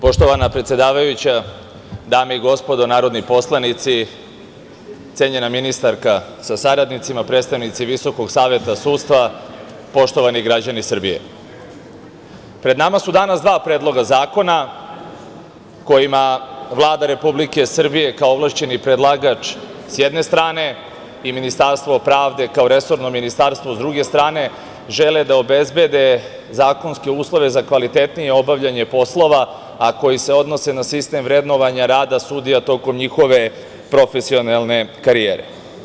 Poštovana predsedavajuća, dame i gospodo narodni poslanici, cenjena ministarka sa saradnicima, predstavnici Visokog saveta sudstva, poštovani građani Srbije, pred nama su danas dva Predloga zakona kojima Vlada Republike Srbije, kao ovlašćeni predlagač s jedne strane, i Ministarstvo pravde kao resorno ministarstvo s druge strane, žele da obezbede zakonske uslove za kvalitetnije obavljanje poslova, a koji se odnose na sistem vrednovanja rada sudija, tokom njihove profesionalne karijere.